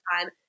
time